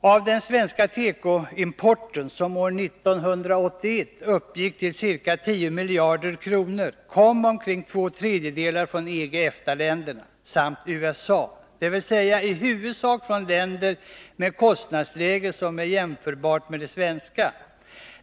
Av den svenska tekoimporten, som år 1981 uppgick till ca 10 miljarder kronor, kom omkring två tredjedelar från EG och EFTA-länderna samt USA, dvs. i huvudsak från länder med kostnadsläge som är jämförbart med det svenska.